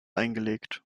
eingelegt